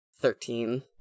Thirteen